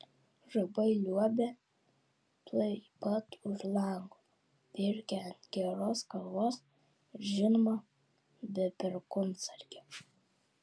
žaibai liuobia tuoj pat už lango pirkia ant geros kalvos ir žinoma be perkūnsargio